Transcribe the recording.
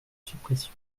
suppression